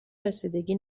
رسیدگی